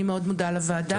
אני מאוד מודה לוועדה.